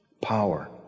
power